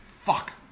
fuck